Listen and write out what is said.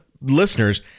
listeners